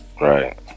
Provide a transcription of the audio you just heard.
Right